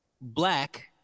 black